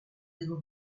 little